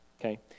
Okay